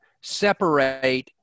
separate